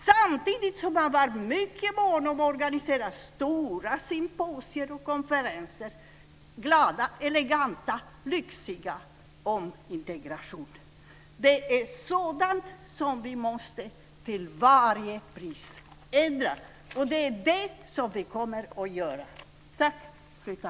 Samtidigt var man mycket mån om att organisera stora symposier och konferenser - glada, eleganta och lyxiga - om integration. Det är sådant som vi till varje pris måste ändra. Det är det som vi kommer att göra.